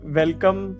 welcome